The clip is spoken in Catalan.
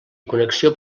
connexió